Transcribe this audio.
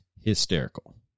hysterical